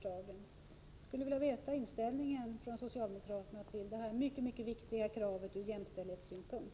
Vilken inställning har socialdemokraterna till kravet på sex timmars arbetsdag, som är mycket mycket viktigt ur jämställdhetssynpunkt?